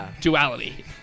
Duality